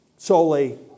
solely